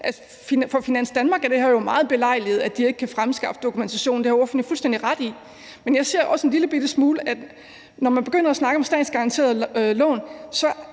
for Finans Danmark er meget belejligt, at de ikke kan fremskaffe dokumentationen; det har ordføreren jo fuldstændig ret i. Men jeg ser også en lillebitte smule for mig, at der, når man begynder at snakke om statsgaranterede lån,